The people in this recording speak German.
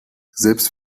selbst